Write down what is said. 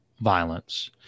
violence